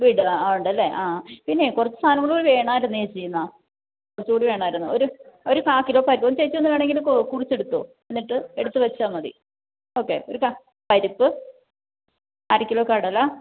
വീട് ആ ആ ഉണ്ടല്ലേ ആ പിന്നെ കുറച്ച് സാധനങ്ങളും കൂടി വേണമായിരുന്നു ചേച്ചി എന്നാൽ കുറച്ച് കൂടി വേണമായിരുന്നു ഒരു ഒരു കാൽ കിലോ ഒന്ന് ചേച്ചി ഒന്ന് വേണമെങ്കിൽ കൊ കുറിച്ചെടുത്തോ എന്നിട്ട് എടുത്ത് വെച്ചാൽ മതി ഓക്കെ ഒരു ക പരിപ്പ് അര കിലോ കടല